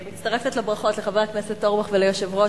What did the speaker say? מצטרפת לברכות לחבר הכנסת אורבך וליושב-ראש